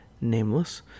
nameless